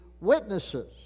witnesses